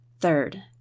Third